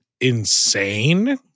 insane